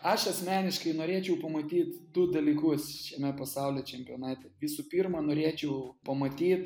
aš asmeniškai norėčiau pamatyt du dalykus šiame pasaulio čempionate visų pirma norėčiau pamatyt